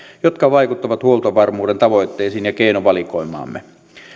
jotka vaikuttavat huoltovarmuuden tavoitteisiin ja keinovalikoimaamme